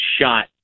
shot